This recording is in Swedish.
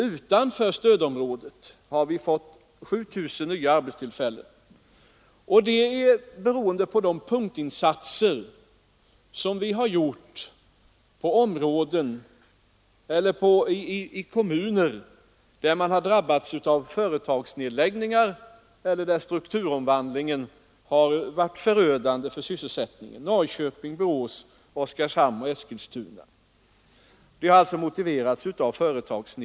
Utanför stödområdet har vi fått 7 000 nya arbetstillfällen, beroende på de punktinsatser som vi har gjort i kommuner där man drabbats av företagsnedläggningar eller där strukturomvandlingen varit förödande för sysselsättningen: Norrköping, Borås, Oskarshamn och Eskilstuna.